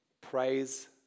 Praise